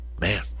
Man